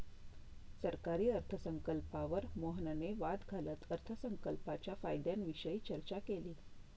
सरकारी अर्थसंकल्पावर मोहनने वाद घालत अर्थसंकल्पाच्या फायद्यांविषयी चर्चा केली